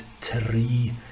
three